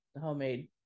homemade